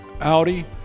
Audi